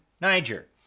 Niger